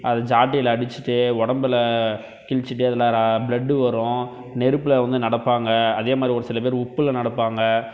அதை சாட்டையில் அடிச்சுட்டு உடம்புல கிழிச்சுட்டு அதில் ப்ளட்டு வரும் நெருப்பில் வந்து நடப்பாங்க அதேமாதிரி ஒரு சில பேர் உப்பில் நடப்பாங்க